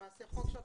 שלמעשה חוק שעות